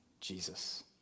Jesus